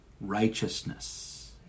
righteousness